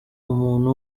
umuntu